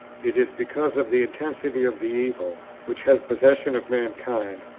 it is because of the intensity of the evil which has possession of mankind,